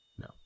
No